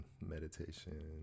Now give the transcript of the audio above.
meditation